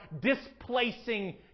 displacing